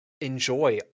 enjoy